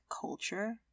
culture